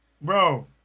Bro